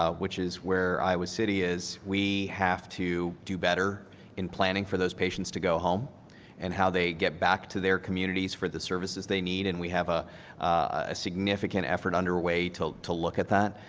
ah which is where iowa's city is, we have to do better in planning for those patients to go home and how they get back to their communities for the services they need. and we have a ah significant effort underway to to look at that.